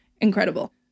Incredible